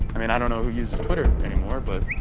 i mean i don't know who uses twitter anymore but